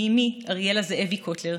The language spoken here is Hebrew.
ומאימי אריאלה זאבי-קוטלר,